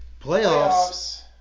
playoffs